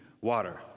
water